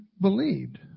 believed